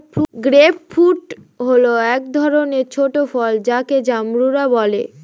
grape fruit হল এক ধরনের ছোট ফল যাকে জাম্বুরা বলে